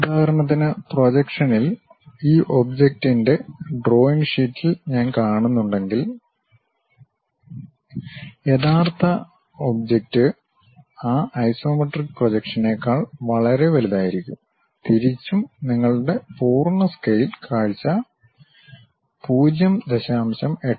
ഉദാഹരണത്തിന് പ്രൊജക്ഷനിൽ ഈ ഒബ്ജക്റ്റിനനെ ഡ്രോയിംഗ് ഷീറ്റിൽ ഞാൻ കാണുന്നുണ്ടെങ്കിൽ യഥാർത്ഥ ഒബ്ജക്റ്റ് ആ ഐസോമെട്രിക് പ്രൊജക്ഷനേക്കാൾ വളരെ വലുതായിരിക്കും തിരിച്ചും നിങ്ങളുടെ പൂർണ്ണ സ്കെയിൽ കാഴ്ച 0